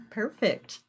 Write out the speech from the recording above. perfect